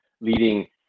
leading